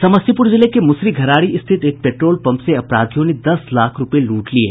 समस्तीपुर जिले के मुसरी घरारी स्थित एक पेट्रोल पंप से अपराधियों ने दस लाख रूपये लूट लिये